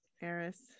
Eris